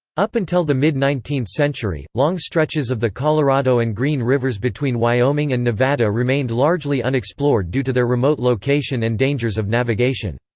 up until the mid nineteenth century, long stretches of the colorado and green rivers between wyoming and nevada remained largely unexplored due to their remote location and dangers of navigation.